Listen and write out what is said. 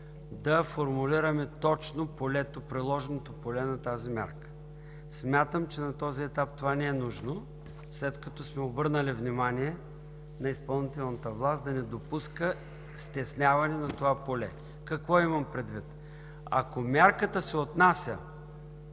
да формулираме точно приложното поле на тази мярка. Смятам, че на този етап това не е нужно, след като сме обърнали внимание на изпълнителната власт, да не допуска стесняване на това поле. Какво имам предвид? Ако мярката се отнася